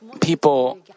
people